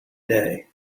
day